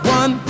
one